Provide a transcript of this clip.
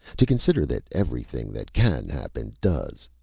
to consider that everything that can happen, does.